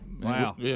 Wow